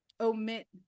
omit